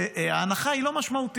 שבהן ההנחה היא לא משמעותית,